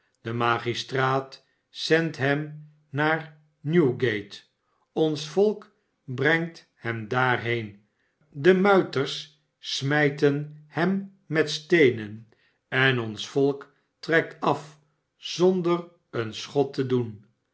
de magistraat zendt hem naar jstewgate ons volk brengt hem daarheen de muiters smijen hem met steenen en ons volk trekt af zonder een schot te doetn